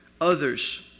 others